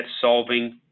solving